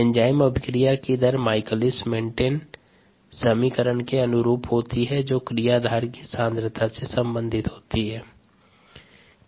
enzyme अभिक्रिया की दर माइकलिस मेन्टेन समीकरण के अनुरूप होती है जो क्रियाधार की सांद्रता से संबंधित होती है